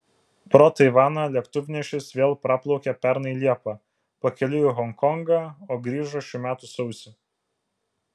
pro taivaną lėktuvnešis vėl praplaukė pernai liepą pakeliui į honkongą o grįžo šių metų sausį